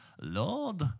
Lord